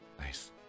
Nice